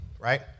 right